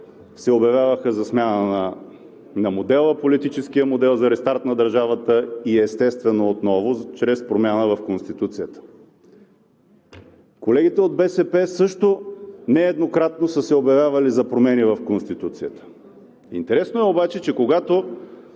се обявяваха за смяна на политическия модел, за рестарт на държавата и, естествено, отново чрез промяна в Конституцията. Колегите от БСП също нееднократно са се обявявали за промени в Конституцията. Интересно е обаче, че когато